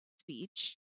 speech